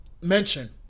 mention